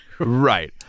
Right